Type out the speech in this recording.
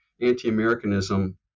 anti-Americanism